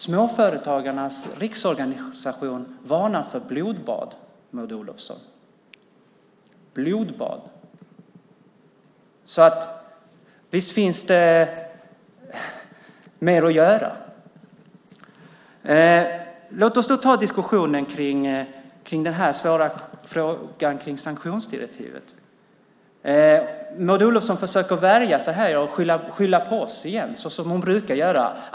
Småföretagarnas riksorganisation varnar för blodbad, Maud Olofsson - blodbad. Visst finns det mer att göra. Låt oss då ta diskussionen om den svåra frågan om sanktionsdirektivet. Maud Olofsson försöker värja sig och skylla på oss igen, som hon brukar göra.